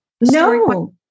No